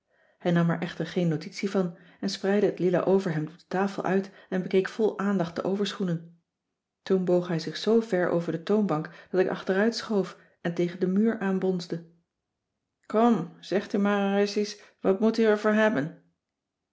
hij nam er echter geen notitie van en spreidde het lila overhemd op de tafel uit en bekeek vol aandacht de overschoenen toen boog hij zich zoo ver over de toonbank dat ik achteruitschoof en tegen den muur aanbonsde kom zegt u maar ereissies wat moet u er voor hebben